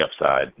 upside